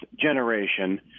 generation